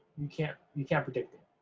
you can't you can't predict it,